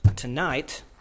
Tonight